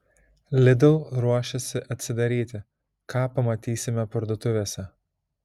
lidl ruošiasi atsidaryti ką pamatysime parduotuvėse